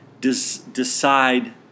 decide